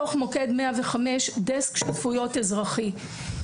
בתוך מוקד 105, דסק שותפויות אזרחי.